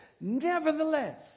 nevertheless